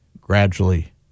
gradually